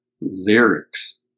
lyrics